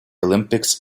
olympics